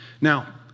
Now